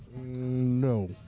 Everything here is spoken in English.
No